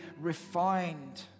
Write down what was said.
refined